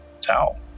towel